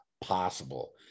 possible